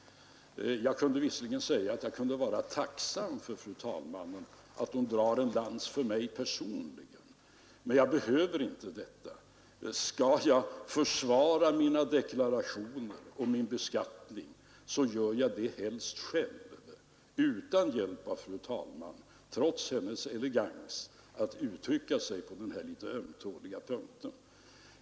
Jag skulle visserligen kunna säga att jag är tacksam för att fru talmannen drar en lans för mig personligen, men jag behöver inte detta. Skall jag försvara mina deklarationer och min beskattning, gör jag det helst själv — utan hjälp av fru talmannen, trots hennes elegans att uttrycka sig på den här punkten.